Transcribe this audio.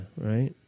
right